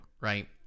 right